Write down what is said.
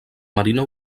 marina